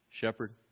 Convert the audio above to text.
Shepherd